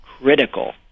critical